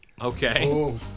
Okay